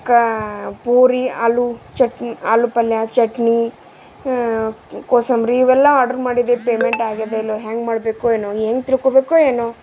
ಕಾ ಪೂರಿ ಆಲು ಚಟ್ನಿ ಆಲು ಪಲ್ಯ ಚಟ್ನಿ ಕೋಸಂಬರಿ ಇವೆಲ್ಲ ಆರ್ಡ್ರ್ ಮಾಡಿದೀವ್ ಪೇಮೆಂಟ್ ಆಗ್ಯದೊ ಇಲ್ಲವೋ ಹೇಗ್ ಮಾಡಬೇಕೊ ಏನೋ ಹೆಂಗ್ ತಿಳ್ಕೊಬೇಕೊ ಏನೋ